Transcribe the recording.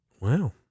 Wow